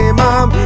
mom